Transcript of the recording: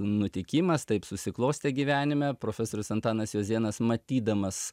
nutikimas taip susiklostė gyvenime profesorius antanas jozėnas matydamas